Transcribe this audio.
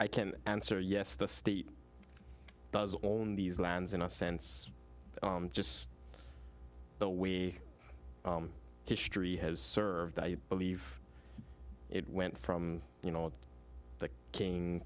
can answer yes the state does own these lands in a sense just the wee history has served i believe it went from you know the king